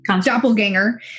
Doppelganger